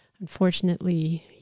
unfortunately